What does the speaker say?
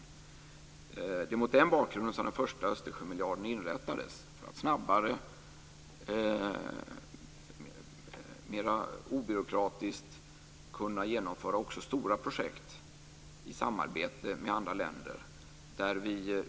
Det var mot den bakgrunden som den första Östersjömiljarden inrättades, för att snabbare och mera obyråkratiskt kunna genomföra också stora projekt i samarbete med andra länder.